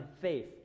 faith